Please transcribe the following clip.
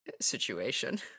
situation